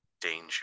danger